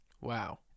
Wow